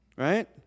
right